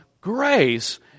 grace